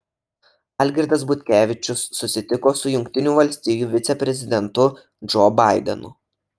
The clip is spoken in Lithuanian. algirdas butkevičius susitiko su jungtinių valstijų viceprezidentu džo baidenu